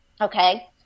okay